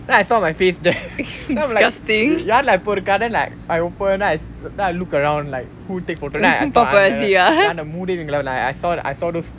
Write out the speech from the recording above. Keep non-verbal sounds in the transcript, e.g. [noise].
then I saw my face there [laughs] then I'm like யாருடா இப்போ இருக்கா:yaarudaa ippo irukkaa then like I open I see then I look around like who take photo then I thought நா அந்த மூதேவிகள:naa antha muthevikala I saw I saw those fools